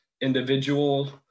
individual